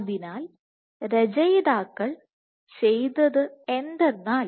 അതിനാൽ രചയിതാക്കൾ ചെയ്തത് എന്തെന്നാൽ